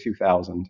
2000